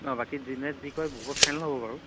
অঁ বাকী যোনে যি কৰে গ্ৰুপত ফাইনেল হ'ব বাৰু